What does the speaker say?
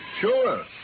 Sure